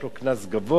יש עליו קנס גבוה,